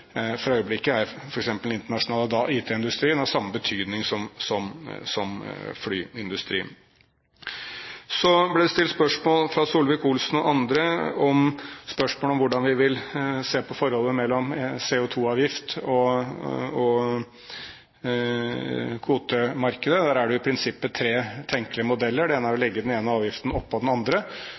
For øyeblikket er f.eks. den internasjonale IT-industrien av samme betydning som flyindustrien. Så ble det stilt spørsmål fra Solvik-Olsen og andre om hvordan vi ser på forholdet mellom CO2-avgift og kvotemarkedet. Der er det i prinsippet tre tenkelige modeller. Det ene er å legge den ene avgiften oppå den andre.